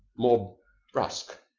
more brusk.